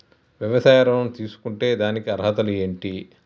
వ్యవసాయ ఋణం తీసుకుంటే దానికి అర్హతలు ఏంటి?